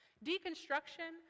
Deconstruction